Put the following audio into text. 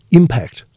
impact